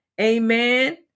amen